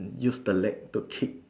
use the leg to kick